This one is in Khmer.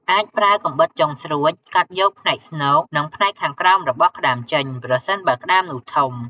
អាចប្រើកាំបិតចុងស្រួច កាត់យកផ្នែកស្នូក និងផ្នែកខាងក្រោមរបស់ក្ដាមចេញ ប្រសិនបើក្ដាមនោះធំ។